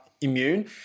immune